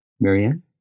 Marianne